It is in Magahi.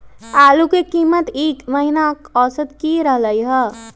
आलू के कीमत ई महिना औसत की रहलई ह?